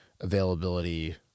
availability